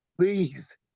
please